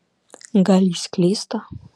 gal jis klysta